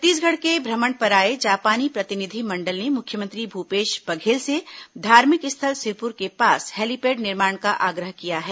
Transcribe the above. छत्तीसगढ़ के भ्रमण पर आए जापानी प्रतिनिधिमंडल ने मुख्यमंत्री भूपेश बघेल से धार्मिक स्थल सिरपुर के पास हेलीपैड निर्माण का आग्रह किया है